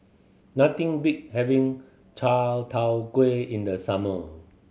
nothing beats having chai tow kway in the summer